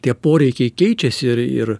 tie poreikiai keičiasi ir ir